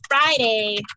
Friday